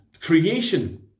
Creation